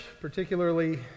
particularly